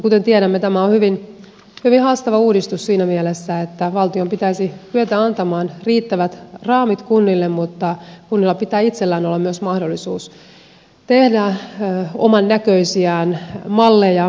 kuten tiedämme tämä on hyvin haastava uudistus siinä mielessä että valtion pitäisi kyetä antamaan riittävät raamit kunnille mutta kunnilla pitää itsellään olla myös mahdollisuus tehdä oman näköisiään malleja